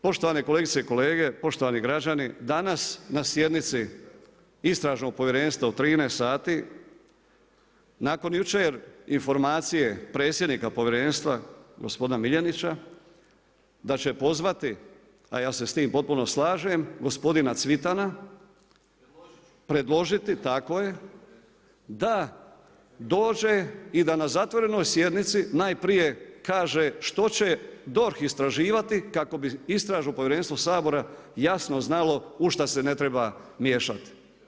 Poštovane kolegice i kolege, poštovani građani, danas na sjednici Istražnog povjerenstva u 13h nakon jučer informacije predsjednika Povjerenstva gospodina Miljenića da će pozvati a ja se sa time potpuno slažem gospodina Cvitana, [[Upadica: Predložiti ću.]] predložiti, tako je, da dođe i da na zatvorenoj sjednici najprije kaže što će DORH istraživati kako bi Istražno povjerenstvo Sabora jasno znalo u šta se ne treba miješati.